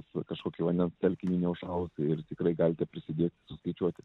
ar kažkokį vandens telkinį neužšalusį ir tikrai galite prisidėti suskaičiuoti